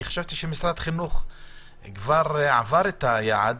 חשבתי שמשרד החינוך כבר עבר את היעד,